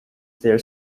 their